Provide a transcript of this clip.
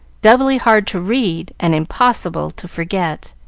doubly hard to read, and impossible to forget.